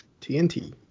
TNT